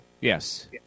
Yes